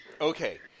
Okay